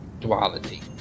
duality